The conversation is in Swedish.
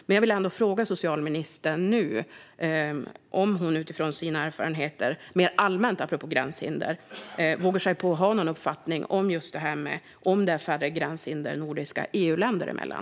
Men jag vill ändå fråga socialministern om hon utifrån sina erfarenheter, mer allmänt apropå gränshinder, vågar sig på att ha någon uppfattning om det är färre gränshinder nordiska EU-länder emellan.